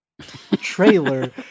trailer